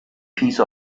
piece